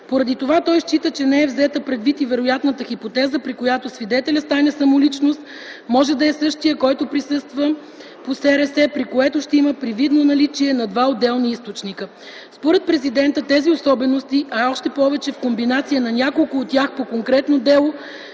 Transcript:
Поради това той счита, че не е взета предвид и вероятната хипотеза, при която свидетелят с тайна самоличност може да е същият, който присъства по СРС, при което ще има привидно наличие на два отделни източника. Според президента тези особености, а още повече в комбинация на няколко от тях по конкретно дело,